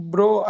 Bro